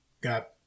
got